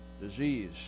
disease